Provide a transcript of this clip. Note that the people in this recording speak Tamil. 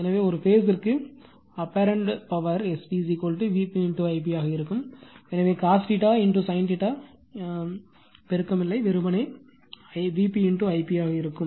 எனவே ஒரு பேஸ் ற்கு apparent power S p Vp Ip ஆக இருக்கும் எனவே cos sin பெருக்கமில்லை வெறுமனே Vp Ip ஆக இருக்கும்